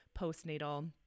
postnatal